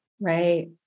Right